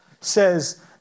says